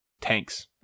Tanks